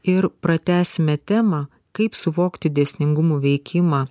ir pratęsime temą kaip suvokti dėsningumų veikimą